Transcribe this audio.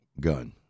gun